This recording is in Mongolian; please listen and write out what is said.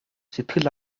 сэтгэл